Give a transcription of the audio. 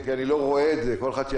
אני לא קב"א מתוחכם,